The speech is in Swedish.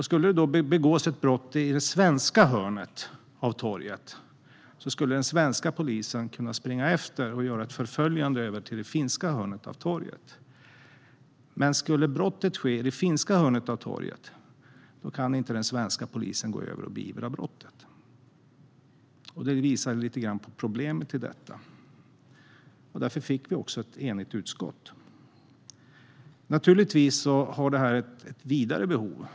Skulle det då begås ett brott i det svenska hörnet av torget skulle den svenska polisen kunna springa efter, göra ett förföljande, till det finska hörnet av torget. Men skulle brottet begås i det finska hörnet av torget, då skulle inte den svenska polisen kunna gå över och beivra brottet. Det visar på problemet i detta. Därför fick vi också ett enigt utskott. Naturligtvis finns det vidare behov i det här.